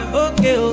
okay